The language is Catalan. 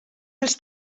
els